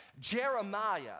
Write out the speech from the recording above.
Jeremiah